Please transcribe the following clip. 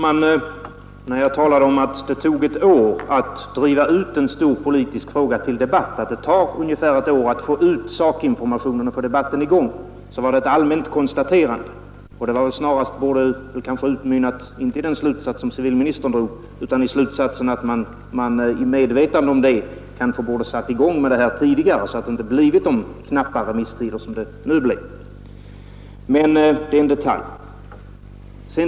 Herr talman! När jag talade om att det i en stor politisk fråga tar ungefär ett år att få ut sakinformationen till folk och få i gång en ordentlig debatt var det ett allmänt konstaterande, som inte borde ha lett till den slutsats som civilministern drog, utan snarare borde ha utmynnat i att man i medvetande härom borde ha startat arbetet tidigare, så att man inte hade fått de långa remisstider som nu blev fallet. Men det är en detalj.